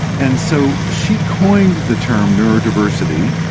and so she coined the term neurodiversity.